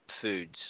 foods